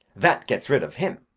that gets rid of him.